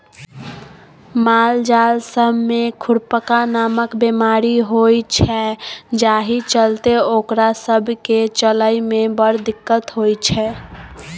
मालजाल सब मे खुरपका नामक बेमारी होइ छै जाहि चलते ओकरा सब केँ चलइ मे बड़ दिक्कत होइ छै